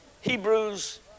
Hebrews